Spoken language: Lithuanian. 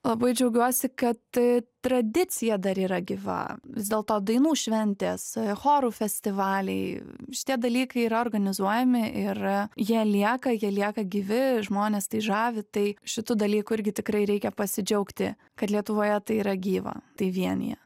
labai džiaugiuosi kad tradicija dar yra gyva vis dėlto dainų šventės chorų festivaliai šitie dalykai yra organizuojami ir jie lieka jie lieka gyvi žmones tai žavi tai šitu dalyku irgi tikrai reikia pasidžiaugti kad lietuvoje tai yra gyva tai vienija